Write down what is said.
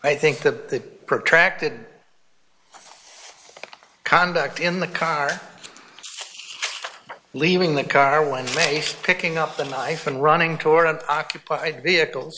i think the protracted conduct in the car leaving the car one day picking up the knife and running toward an occupied vehicles